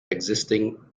existing